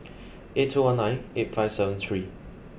eight two one nine eight five seven three